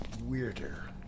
weirder